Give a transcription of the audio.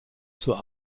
zur